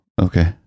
okay